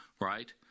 right